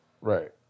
Right